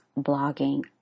blogging